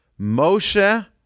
Moshe